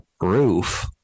roof